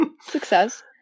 success